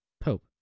Pope